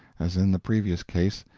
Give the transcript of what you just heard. as in the previous case,